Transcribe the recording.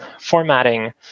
formatting